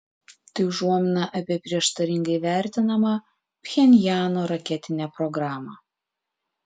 tai užuomina apie prieštaringai vertinamą pchenjano raketinę programą